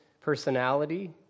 personality